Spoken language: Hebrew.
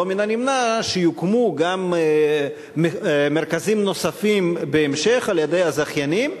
לא מן הנמנע שיוקמו גם מרכזים נוספים בהמשך על-ידי הזכיינים.